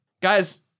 Guys